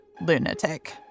lunatic